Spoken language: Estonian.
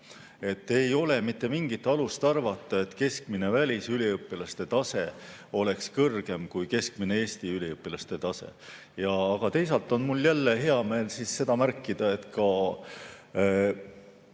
Ei ole mitte mingit alust arvata, et keskmine välisüliõpilaste tase oleks kõrgem kui keskmine Eesti üliõpilaste tase. Aga teisalt on mul jälle hea meel märkida, et ka